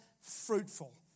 fruitful